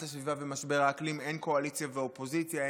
הסביבה ומשבר האקלים אין קואליציה ואופוזיציה,